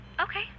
Okay